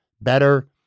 better